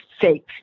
fake